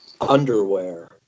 Underwear